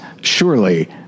surely